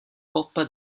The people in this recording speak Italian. coppa